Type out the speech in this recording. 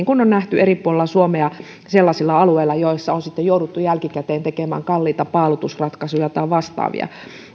kuin on nähty eri puolilla suomea sellaisilla alueilla joilla on jouduttu jälkikäteen tekemään kalliita paalutusratkaisuja tai vastaavia